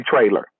trailer